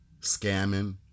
scamming